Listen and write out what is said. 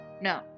no